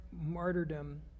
martyrdom